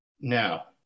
Now